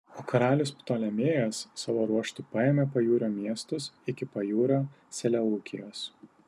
o karalius ptolemėjas savo ruožtu paėmė pajūrio miestus iki pajūrio seleukijos